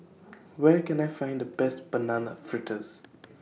Where Can I Find The Best Banana Fritters